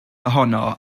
ohono